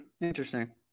Interesting